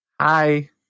Hi